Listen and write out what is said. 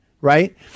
right